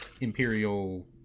imperial